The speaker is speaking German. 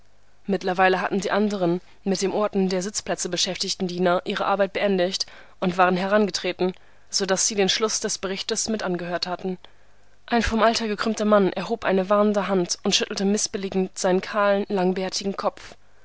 mittlerweile hatten die anderen mit dem ordnen der sitzplätze beschäftigten diener ihre arbeit beendigt und waren herangetreten so daß sie den schluß des berichtes mit angehört hatten ein vom alter gekrümmter mann erhob eine warnende hand und schüttelte mißbilligend seinen kahlen langbärtigen kopf